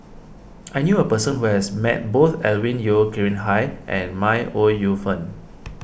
I knew a person who has met both Alvin Yeo Khirn Hai and May Ooi Yu Fen